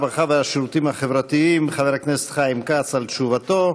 הרווחה והשירותים החברתיים חבר הכנסת חיים כץ על תשובתו.